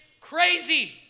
crazy